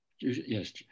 yes